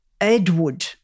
Edward